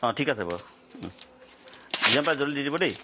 অঁ ঠিক আছে বাৰু যিমান পাৰে জল্দি দি দিব দেই